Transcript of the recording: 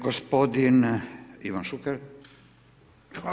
Gospodin Ivan Šuker.